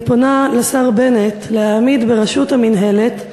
אני פונה לשר בנט להעמיד בראשות המינהלת,